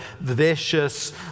vicious